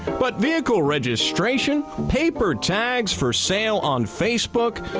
but vehicle registration, paper tags for sale on facebook,